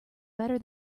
better